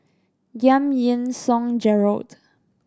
Giam Yean Song Gerald